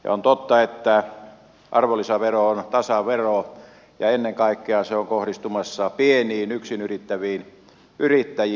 on totta että arvonlisävero on tasavero ja ennen kaikkea se on kohdistumassa pieniin yksin yrittäviin yrittäjiin